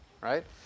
right